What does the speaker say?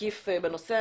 מקיף בנושא.